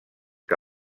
que